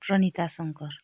Pranita Shankar